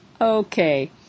Okay